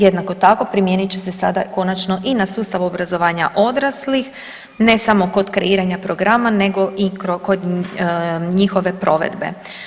Jednako tako primijenit će se sada konačno i na sustav obrazovanja odraslih, ne samo kod kreiranja programa nego i kod njihove provedbe.